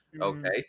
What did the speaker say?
okay